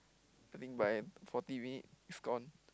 I think by forty minute it's gone